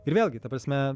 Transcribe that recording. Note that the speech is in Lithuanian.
ir vėlgi ta prasme